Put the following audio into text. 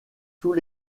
tous